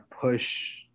push